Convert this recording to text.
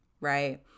right